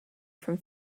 from